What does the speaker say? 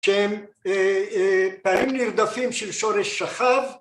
שהם פעלים נרדפים של שורש שכב.